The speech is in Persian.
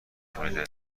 میده